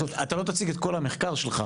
אבל אתה לא תציג את כל המחקר שלך.